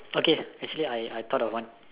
okay actually I I thought of one